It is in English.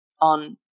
on